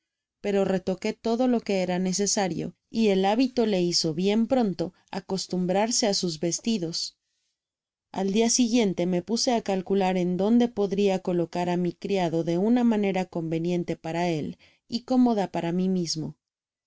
pero retoqué todo lo que era necesario y el hábito le hizo bien pronto acostumbrarse á sus vestidos al dia siguiente me puse á calcular en donde podria colocar á mi criado de una manera conveniente para él y cómoda para mi mismo